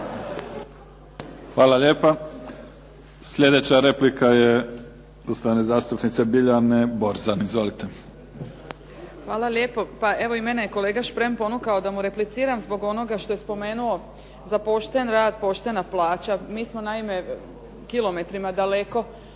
Hvala lijepa. Slijedeća replika je poštovane zastupnice Biljane Borzan. Izvolite. **Borzan, Biljana (SDP)** Hvala lijepo. Pa evo i mene je kolega Šprem ponukao da mu repliciram zbog onoga što je spomenuo za pošten rad, poštena plaća. Mi smo naime kilometrima daleko